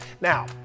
Now